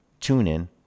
TuneIn